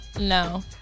no